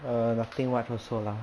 err nothing much also lah